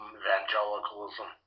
evangelicalism